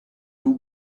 two